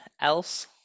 else